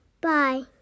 Bye